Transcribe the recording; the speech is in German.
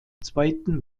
zweiten